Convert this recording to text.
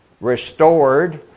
restored